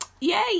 Yay